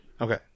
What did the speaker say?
Okay